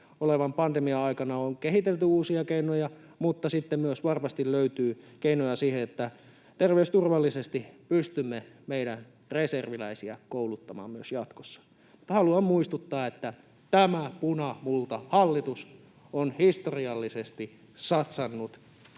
olevan pandemian aikana on kehitelty uusia keinoja mutta että sitten varmasti löytyy keinoja myös siihen, että terveysturvallisesti pystymme meidän reserviläisiä kouluttamaan myös jatkossa. Haluan muistuttaa, että tämä punamultahallitus on historiallisesti satsannut